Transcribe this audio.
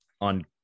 on